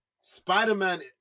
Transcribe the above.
Spider-Man